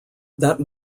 that